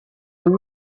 two